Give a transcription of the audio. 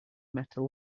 metal